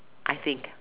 I think